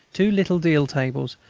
two little deal tables,